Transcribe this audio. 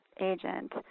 agent